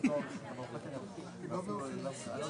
הצבעה אושר.